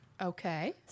Okay